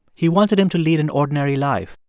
he wanted him to lead an ordinary life,